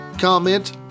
comment